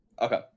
Okay